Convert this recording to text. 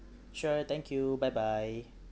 sure thank you bye bye